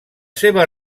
seva